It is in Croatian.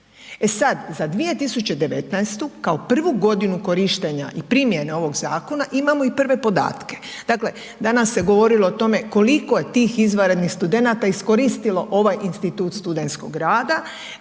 e sad za 2019. kao prvu godinu korištenja i primjene ovog zakona imamo i prve podatke, dakle danas se govorilo o tome koliko je tih izvanrednih studenata iskoristilo ovaj institut studentskog rada,